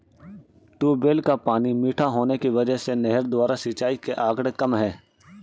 tubewell का पानी मीठा होने की वजह से नहर द्वारा सिंचाई के आंकड़े कम है